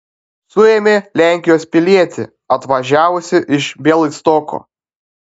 suėmė lenkijos pilietį atvažiavusį iš bialystoko